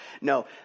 no